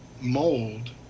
mold